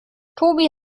tobi